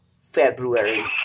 February